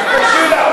תתביישי לך.